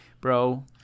bro